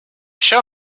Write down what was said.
shall